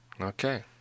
Okay